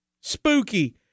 spooky